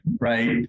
right